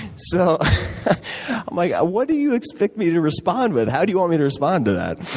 so i'm like, what do you expect me to respond with? how do you want me to respond to that?